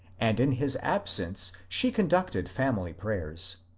and in his absence she conducted family prayers.